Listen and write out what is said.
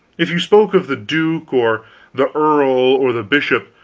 if you spoke of the duke, or the earl, or the bishop,